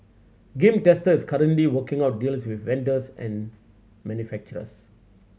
Game Tester is currently working out deals with vendors and manufacturers